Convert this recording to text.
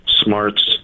smarts